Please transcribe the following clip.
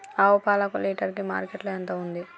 ఆవు పాలకు లీటర్ కి మార్కెట్ లో ఎంత ఉంది?